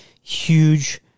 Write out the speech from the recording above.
huge